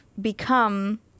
become